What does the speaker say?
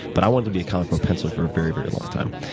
but i wanted to be a comic book penciller for a very, very long time.